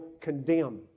condemn